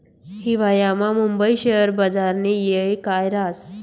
हिवायामा मुंबई शेयर बजारनी येळ काय राहस